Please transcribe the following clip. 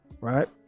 Right